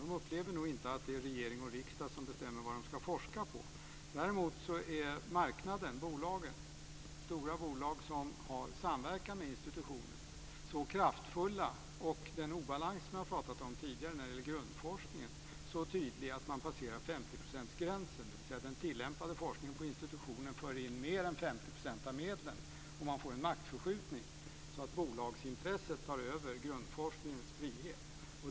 De upplever nog inte att det är regering och riksdag som bestämmer vad de ska forska på. Däremot är marknaden, stora bolag som har samverkan med institutionerna, kraftfull. Den obalans som jag har pratat om tidigare när det gäller grundforskningen är så tydlig att man passerar femtioprocentsgränsen, dvs. den tillämpade forskningen på institutionen för in mer än 50 % av medlen. Man får en maktförskjutning så att bolagsintresset tar över grundforskningens frihet.